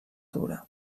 dura